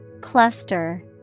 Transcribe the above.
Cluster